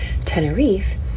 Tenerife